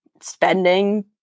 spending